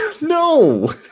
no